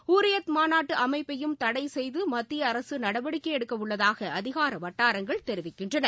ஹுரியத் மாநாட்டு அமைப்பையும் தடை செய்து மத்திய அரசு நடவடிக்கை எடுக்கவுள்ளதாக அதிகார வட்டாரங்கள் தெரிவிக்கின்றன